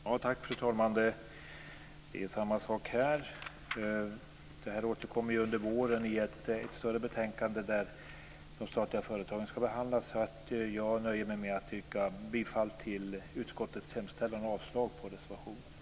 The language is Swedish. Fru talman! Jag ska också fatta mig kort. Det här återkommer ju under våren i ett större betänkande där de statliga företagen ska behandlas, så jag nöjer mig med att yrka bifall till utskottets hemställan och avslag på reservationen.